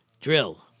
drill